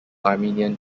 armenian